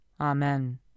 Amen